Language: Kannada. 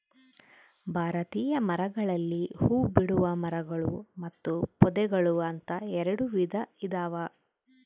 ಭಾರತೀಯ ಮರಗಳಲ್ಲಿ ಹೂಬಿಡುವ ಮರಗಳು ಮತ್ತು ಪೊದೆಗಳು ಅಂತ ಎರೆಡು ವಿಧ ಇದಾವ